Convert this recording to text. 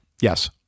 Yes